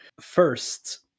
First